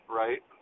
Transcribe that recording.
right